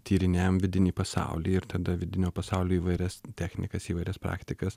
tyrinėjam vidinį pasaulį ir tada vidinio pasaulio įvairias technikas įvairias praktikas